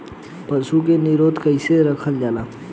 पशु के निरोग कईसे रखल जाला?